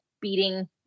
beating